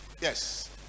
Yes